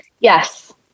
Yes